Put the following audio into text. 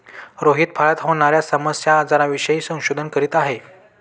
रोहित फळात होणार्या सामान्य आजारांविषयी संशोधन करीत आहे